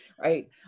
right